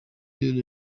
rero